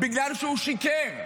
בגלל שהוא שיקר,